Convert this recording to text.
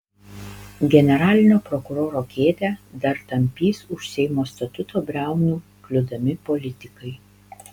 generalinio prokuroro kėdę dar tampys už seimo statuto briaunų kliūdami politikai